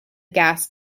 gas